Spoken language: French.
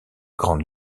grande